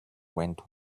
went